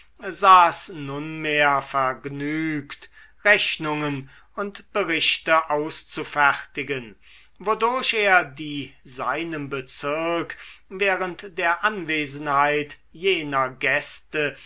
saß nunmehr vergnügt rechnungen und berichte auszufertigen wodurch er die seinem bezirk während der anwesenheit jener gäste